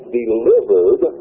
delivered